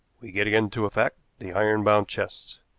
we get again to a fact the iron-bound chest.